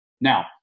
Now